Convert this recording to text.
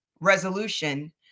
resolution